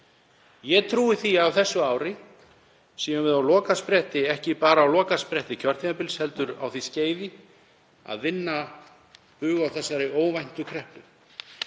Ég trúi því að á þessu ári séum við á lokaspretti, ekki bara á lokaspretti kjörtímabils heldur á því skeiði að vinna bug á þessari óvæntu kreppu.